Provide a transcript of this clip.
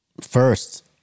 First